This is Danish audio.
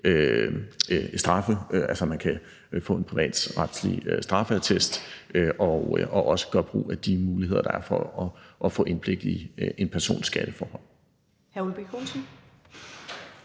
straffe – altså, man kan få en privatretlig straffeattest og også gøre brug af de muligheder, der er, for at få indblik i en persons skatteforhold.